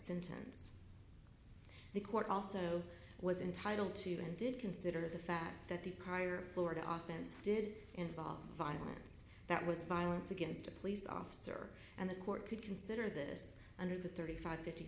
sentence the court also was entitled to and did consider the fact that the prior florida office did involve violence that was violence against a police officer and the court could consider this under the thirty five fifty